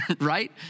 right